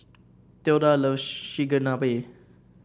Tilda love Chigenabe